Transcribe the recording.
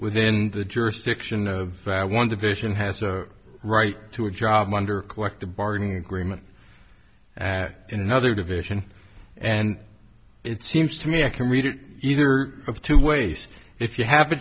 within the jurisdiction of one division has a right to a job under collective bargaining agreement in another division and it seems to me i can read it either of two ways if you have a